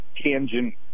tangent